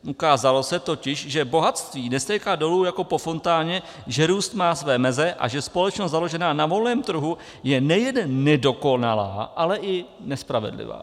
Ukázalo se totiž, že bohatství nestéká dolů jako po fontáně, že růst má své meze a že společnost založená na volném trhu je nejen nedokonalá, ale i nespravedlivá.